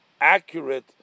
accurate